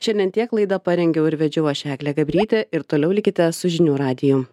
šiandien tiek laidą parengiau ir vedžiau aš eglė gabrytė ir toliau likite su žinių radiju